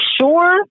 sure